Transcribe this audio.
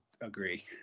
agree